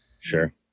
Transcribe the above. Sure